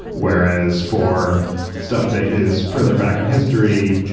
whereas for stuff that is further back in history,